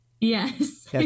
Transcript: Yes